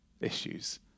issues